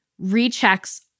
rechecks